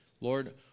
Lord